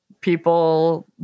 people